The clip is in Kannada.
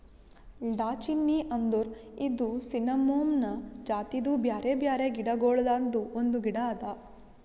ದಾಲ್ಚಿನ್ನಿ ಅಂದುರ್ ಇದು ಸಿನ್ನಮೋಮಮ್ ಜಾತಿದು ಬ್ಯಾರೆ ಬ್ಯಾರೆ ಗಿಡ ಗೊಳ್ದಾಂದು ಒಂದು ಗಿಡ ಅದಾ